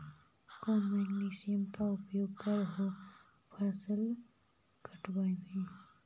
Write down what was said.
कौन मसिंनमा के उपयोग कर हो फसलबा काटबे में?